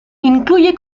incluye